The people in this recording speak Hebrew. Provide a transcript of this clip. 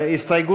באסל גטאס,